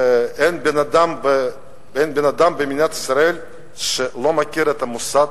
ואין בן-אדם במדינת ישראל שלא מכיר את המוסד